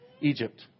Egypt